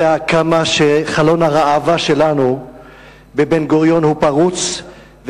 יודע כמה חלון הראווה שלנו בנתב"ג הוא פרוץ,